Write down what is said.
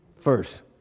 first